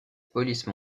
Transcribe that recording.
police